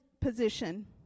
position